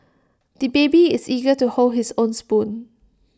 the baby is eager to hold his own spoon